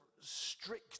strict